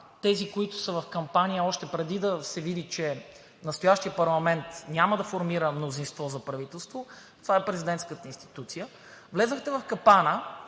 тези, които са в кампания – още преди да се види, че настоящият парламент няма да формира мнозинство за правителство, а това е президентската институция, влязохте в капана